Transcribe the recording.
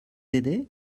aider